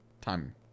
time